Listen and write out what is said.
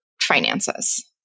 finances